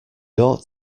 ought